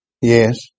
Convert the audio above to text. Yes